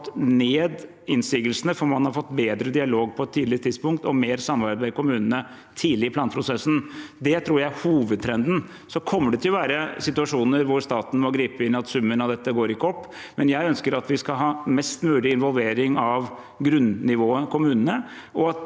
man har fått ned innsigelsene fordi man har fått bedre dialog på et tidlig tidspunkt og mer samarbeid med kommunene tidlig i planprosessen. Det tror jeg er hovedtrenden. Det kommer til å være situasjoner hvor staten må gripe inn, hvor summen av dette ikke går opp, men jeg ønsker at vi skal ha mest mulig involvering av grunnivået – kommunene